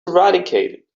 eradicated